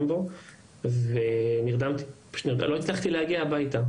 בו ונרדמתי לא הצלחתי להגיע הביתה.